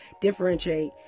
differentiate